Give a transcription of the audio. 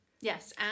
Yes